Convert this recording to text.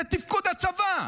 זה תפקוד הצבא,